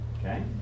Okay